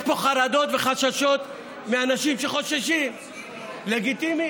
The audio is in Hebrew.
יש פה חרדות וחששות מאנשים שחוששים, לגיטימי.